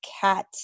cat